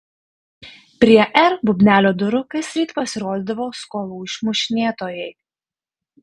prie r bubnelio durų kasryt pasirodydavo skolų išmušinėtojai